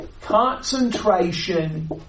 concentration